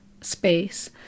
space